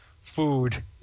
food